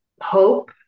hope